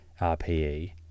rpe